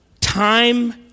time